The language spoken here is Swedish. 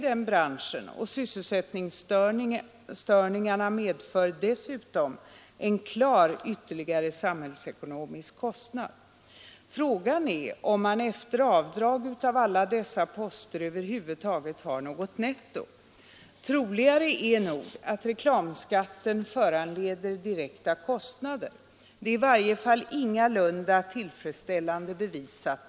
Dessutom medför sysselsättningsstörningarna en klar samhällsekonomisk kostnad. Frågan är om man efter avdrag för alla dessa poster över huvud taget har något netto. Troligare är nog att reklamskatten föranleder direkta kostnader. Motsatsen är i varje fall ingalunda tillfredsställande bevisad.